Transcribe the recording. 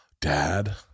Dad